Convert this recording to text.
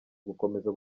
gukomeza